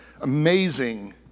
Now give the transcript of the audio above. amazing